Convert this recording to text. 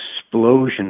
explosion